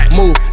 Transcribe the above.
move